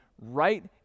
right